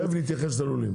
תיכף נתייחס ללולים.